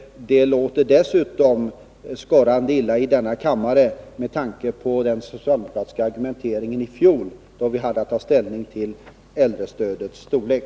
Det låter dessutom skorrande illa i denna kammare med tanke på den socialdemokratiska argumenteringen i fjol, då vi hade att ta ställning till äldrestödets storlek.